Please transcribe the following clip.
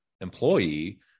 employee